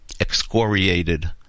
excoriated